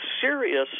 serious